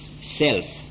self